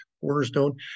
cornerstone